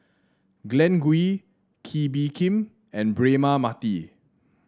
Glen Goei Kee Bee Khim and Braema Mathi